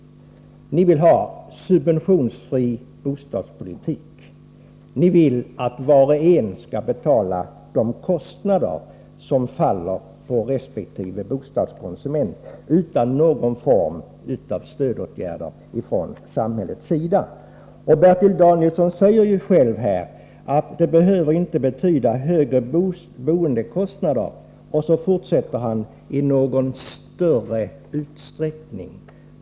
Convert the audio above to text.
Ni vill ha subventionsfri bostadspolitik, ni vill att var och en skall betala de kostnader som faller på resp. bostadskonsument utan någon form av stödåtgärder från samhällets sida. Bertil Danielsson säger själv här att det inte behöver betyda högre boendekostnader i — fortsätter han — någon större utsträckning.